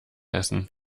essen